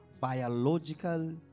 biological